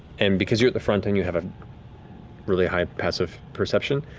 and because you're at the front, and you have a really high passive perception,